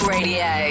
Radio